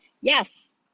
yes